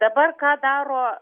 dabar ką daro